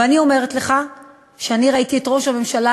ואני אומרת לך שאני ראיתי את ראש הממשלה,